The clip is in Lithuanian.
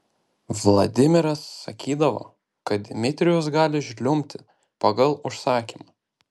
vladimiras sakydavo kad dmitrijus gali žliumbti pagal užsakymą